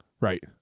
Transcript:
Right